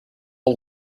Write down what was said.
old